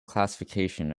classification